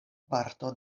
parto